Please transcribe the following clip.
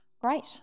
Great